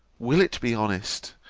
will it be honest,